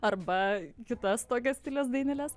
arba kitas tokio stiliaus daineles